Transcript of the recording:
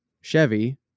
chevy